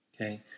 okay